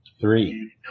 Three